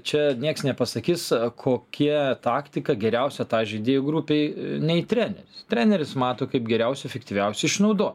čia nieks nepasakys kokia taktika geriausia tai žaidėjų grupei nei treneris treneris mato kaip geriausia efektyviausia išnaudot